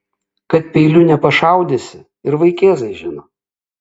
kad peiliu nepašaudysi ir vaikėzai žino